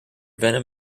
venom